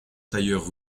tailleur